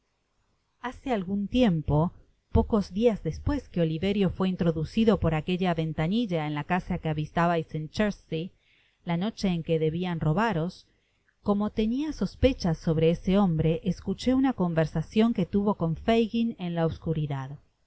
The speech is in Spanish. hace algun tiempo pocos dias despues que oliverio fué introducido por aquella ventanilla en la casa que habitabais en chertsey la noche en que debian robaros como tenia sospechas sobre ese hombre escuché una conversacion que tuvo con fagin en la obscuridad